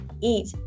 eat